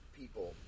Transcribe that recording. people